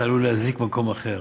אתה עלול להזיק במקום אחר,